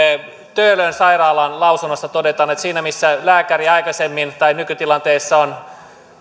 töölön sairaalan lausunnossa todetaan että siinä missä lääkäri aikaisemmin tai nykytilanteessa on